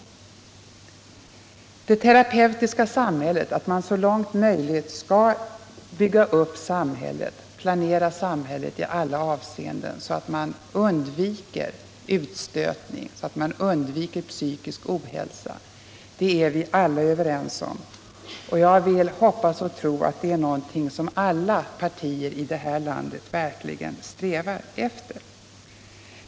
Betydelsen av det terapeutiska samhället — att man så långt möjligt skall bygga upp samhället, planera samhället i alla avseenden, så att man undviker utstötning och psykisk ohälsa — är vi alla överens om. Jag vill hoppas och tro att det är någonting som alla partier här i landet verkligen strävar efter.